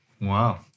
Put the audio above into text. Wow